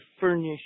furnish